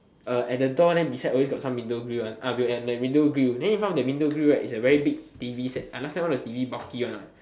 at the door the beside got some window grill one and that window grill then in front of that window grill right is a very big t_v set last time one like t_v boxy one what